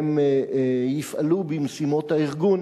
והם יפעלו במשימות הארגון,